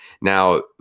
now